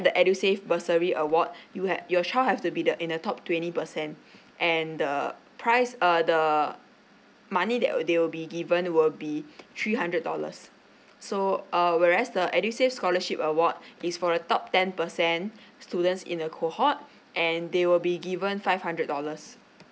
the edusave bursary award you had your child have to be the in the top twenty percent and the prize uh the money that uh they will be given will be three hundred dollars so uh whereas the edusave scholarship award is for a top ten percent students in the cohort and they will be given five hundred dollars